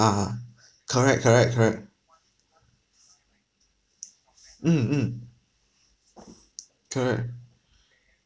(uh huh) correct correct correct mm mm correct